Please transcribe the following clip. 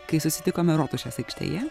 kai susitikome rotušės aikštėje